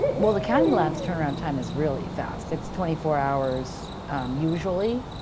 well, the county labs' turnaround time is really fast. it's twenty four hours usually,